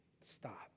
Stop